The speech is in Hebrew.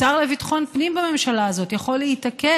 השר לביטחון פנים בממשלה הזאת יכול להתעקש